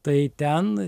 tai ten